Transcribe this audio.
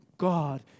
God